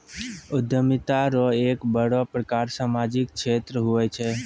उद्यमिता रो एक बड़ो प्रकार सामाजिक क्षेत्र हुये छै